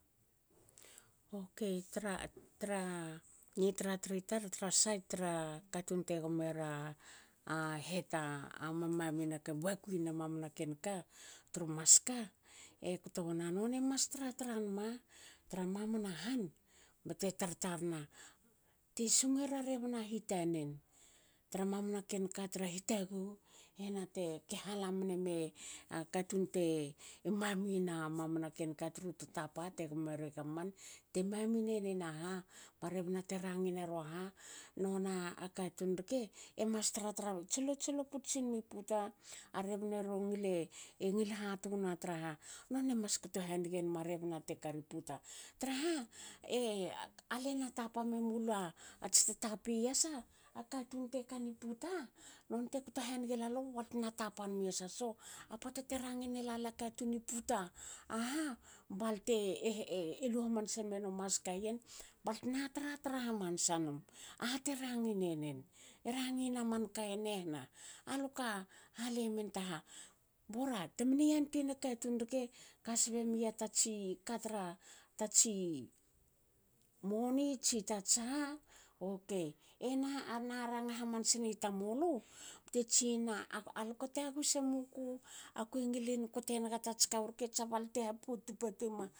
Okei tra ni tratri tar- tra sait tra katun te gomera het amam mamina bakuina mamna ken ka tru maska. ekto wna noni e mas tratra nama tra mamana han bte tarna te singo ra rebna hi tanen tra mamna ken ka tra hitaguhu hena ke hala mne me katun te mamina mamna ken ka tru tatapa te gomera gam- man. te mami nenin aha ba rebna te rangi nerua ha. nona katun rke mas tratra tsilotsilo puts sinmi puta ba rebne ro ngile engil hatuna traha e onie ema skto hanige mna rebna traha ale na tapa memula ats tatapi yasa a katun te kani puta nonte kto hanige lalu baltna tapa nmi yasa so a pota te rangine lala katunputa aha balte lu hamanse me no maska yen baltna tratra hamansa num. aha te rangine ren?E rangina manka e nehna? Aluka halin men taha? Bora temne yantueina katun rke kasbe mia tatsi katra tatsi niomi tsi tats ha okei ena ranga hamansa n tamulu bte tsinna,"aluka taguhu semuku akue ngilin kote nigats kawurke,"tsa balte ha pot- tu patuema